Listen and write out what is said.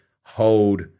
hold